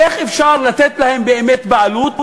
איך אפשר לתת להם באמת בעלות?